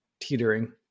teetering